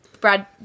Brad